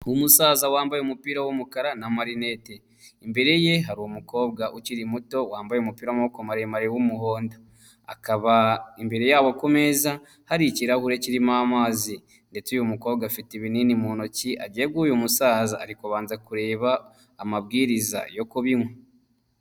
Musaza wambaye umupira w'umukara n'amarinete imbere ye hari umukobwa ukiri muto wambaye umupira w'amaboko maremare w'umuhondo, hakaba imbere yabo kumeza hari ikirahure kirimo amazi ndetse uyu mukobwa afite ibinini mu ntoki agiye guha uyu musaza ari kubanza kureba amabwiriza yo kubinywa.